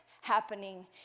happening